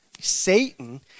Satan